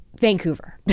Vancouver